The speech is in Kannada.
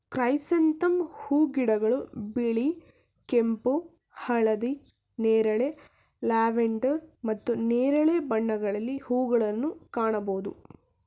ಕ್ರೈಸಂಥೆಂ ಹೂಗಿಡಗಳು ಬಿಳಿ, ಕೆಂಪು, ಹಳದಿ, ನೇರಳೆ, ಲ್ಯಾವೆಂಡರ್ ಮತ್ತು ನೇರಳೆ ಬಣ್ಣಗಳಲ್ಲಿ ಹೂಗಳನ್ನು ಕಾಣಬೋದು